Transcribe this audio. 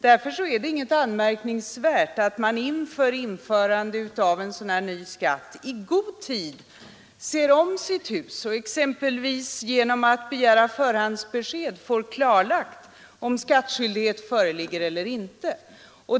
Därför är det inget anmärkningsvärt att man vid införandet av en ny skatt i god tid ser om sitt hus och exempelvis genom att begära förhandsbesked får klarlagt om skattskyldighet föreligger eller inte.